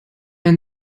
ein